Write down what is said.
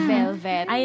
Velvet